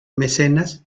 mecenas